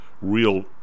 real